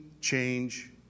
change